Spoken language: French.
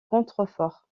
contreforts